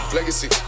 Legacy